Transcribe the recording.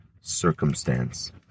circumstance